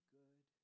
good